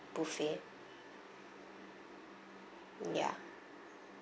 buffet ya